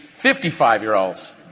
55-year-olds